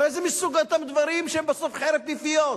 הרי זה מסוג אותם הדברים שהם בסוף חרב פיפיות.